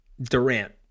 Durant